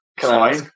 Fine